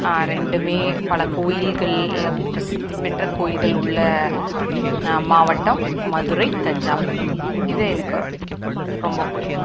இரண்டுமே பல கோவில்கள் இல்லை ப்ரசித்தி பெற்ற கோவில்கள் உள்ளே மாவட்டம் மதுரை தஞ்சாவூர் இது எனக்கு ரொம்ப பிடிக்கும்